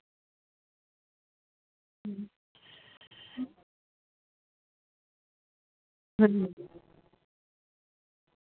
ᱦᱩᱸ ᱦᱩᱸ